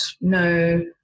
no